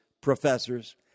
professors